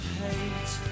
hate